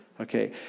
okay